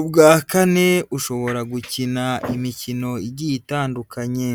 ubwa kane ushobora gukina imikino igiye itandukanye.